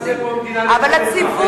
בואו ונעשה פה מדינת כל אזרחיה,